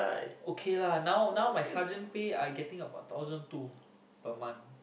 okay lah now now now my sergeant pay I getting about thousand two per month